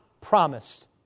promised